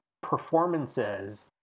performances